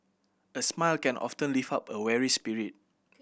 a smile can often lift up a weary spirit